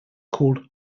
called